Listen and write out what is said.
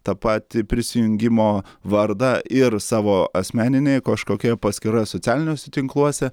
tą patį prisijungimo vardą ir savo asmeninėj kažkokioje paskyroj socialiniuose tinkluose